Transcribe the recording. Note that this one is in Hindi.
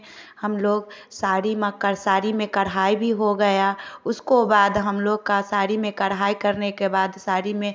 हम लोग साड़ी मेकर साड़ी में कढ़ाई भी हो गया उसको बाद हम लोग का साड़ी में कढ़ाई करने के बाद साड़ी में